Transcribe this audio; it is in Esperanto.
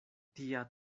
tia